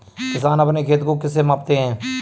किसान अपने खेत को किससे मापते हैं?